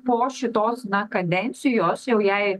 po šitos kadencijos jau jai